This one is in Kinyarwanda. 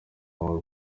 wawe